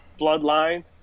Bloodline